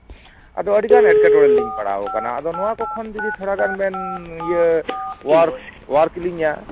ᱟᱫᱚ ᱟᱹᱰᱤ ᱜᱟᱱ ᱮᱴᱠᱮᱴᱚᱬᱮ ᱨᱮᱞᱤᱧ ᱯᱟᱲᱟᱣ ᱠᱟᱱᱟ ᱫᱚ ᱱᱚᱣᱟ ᱠᱚ ᱠᱷᱚᱱ ᱡᱩᱫᱤ ᱛᱷᱚᱲᱟ ᱜᱟᱱ ᱵᱮᱱ ᱤᱭᱟᱹ ᱚᱣᱟᱨ ᱚᱣᱟᱨ ᱠᱮᱞᱤᱧᱟ